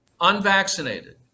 unvaccinated